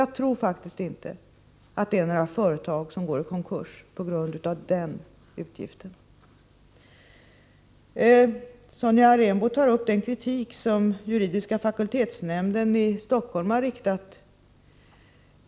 Jag tror inte tt några företag går i konkurs på grund av denna utgift. Sonja Rembo tar upp kritiken från juridiska fakultetsnämnden i Stockholm.